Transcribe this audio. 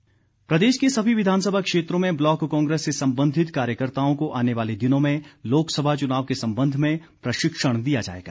कांग्रेस प्रदेश के सभी विधानसभा क्षेत्रों में ब्लॉक कांग्रेस से संबंधित कार्यकर्ताओं को आने वाले दिनों में लोकसभा चुनाव के संबंध में प्रशिक्षण दिया जाएगा